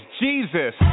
jesus